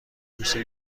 کوسه